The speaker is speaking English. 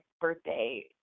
birthday